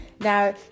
Now